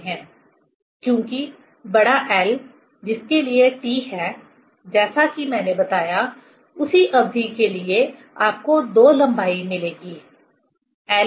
क्योंकि बड़ा L जिसके लिए T है जैसा कि मैंने बताया उसी अवधि के लिए आपको दो लंबाई मिलेगी l1 और l2